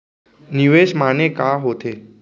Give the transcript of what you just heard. निवेश माने का होथे?